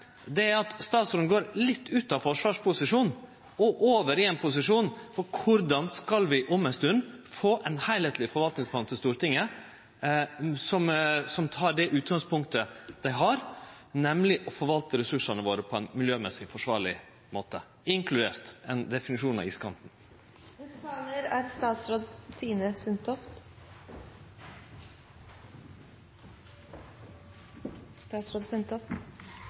dette, er at statsråden går litt ut av forsvarsposisjon og over i ein posisjon for korleis vi om ei stund skal få ein heilskapleg forvaltningsplan til Stortinget som tek utgangspunkt i å forvalte ressursane våre på ein miljømessig forsvarleg måte – inkludert ein definisjon av